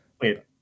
Wait